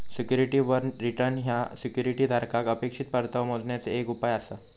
सिक्युरिटीवर रिटर्न ह्या सिक्युरिटी धारकाक अपेक्षित परतावो मोजण्याचे एक उपाय आसा